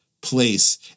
place